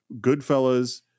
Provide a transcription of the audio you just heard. Goodfellas